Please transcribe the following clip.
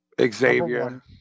Xavier